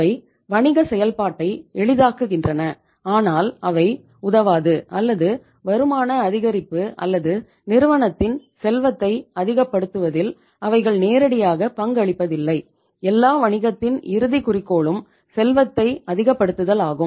அவை வணிகச் செயல்பாட்டை எளிதாக்குகின்றன ஆனால் அவை உதவாது அல்லது வருமான அதிகரிப்பு அல்லது நிறுவனத்தின் செல்வத்தை அதிகப்படுத்துவதில் அவைகள் நேரடியாக பங்களிப்பதில்லை எல்லா வணிகத்தின் இறுதி குறிக்கோளும் செல்வத்தை அதிகப்படுத்துதல் ஆகும்